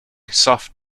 soft